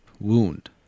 wound